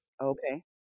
Okay